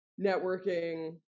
networking